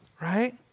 right